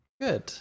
good